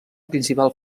principal